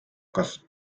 kas